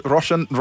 Russian